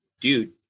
Dude